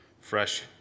fresh